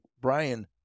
Brian